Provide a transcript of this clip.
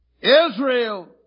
Israel